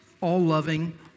all-loving